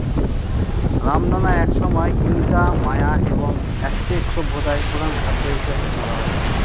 রামদানা একসময় Inca, Maya এবং অ্যাজটেক সভ্যতায় প্রধান খাদ্য হিসাবে ধরা হত